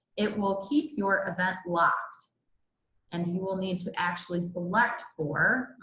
it will keep your event locked and you will need to actually select for.